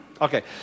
Okay